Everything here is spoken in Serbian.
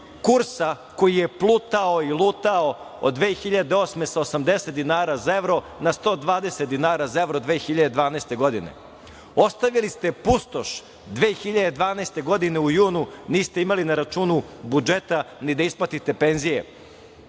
kursa koji je plutao i lutao od 2008. godine sa 80 dinara za evro na 120 dinara za evro 2012. godine. Ostavili ste pustoš. Godine 2012. u junu niste imali na računu budžeta ni da isplatite penzije